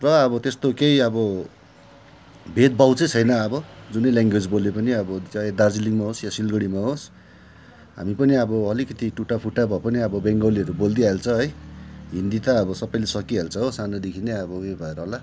र अब त्यस्तो केही अब भेदभाव चाहिँ छैन अब जुनै ल्याङ्ग्वेज बोले पनि अब चाहे दार्जिलिङमा होस् या सिलगढीमा होस् हामी पनि अब अलिकति टुटाफुटा भए पनि अब बेङ्गलीहरू बोल्दी हाल्छ है हिन्दी त अब सबैले सकिहाल्छ हो सानोदेखि नै अब उयो भएर होला